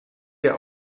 dir